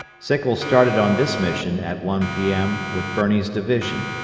sickles started on this mission at one p m. with birney's division,